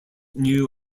new